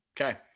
Okay